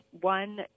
One